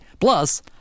plus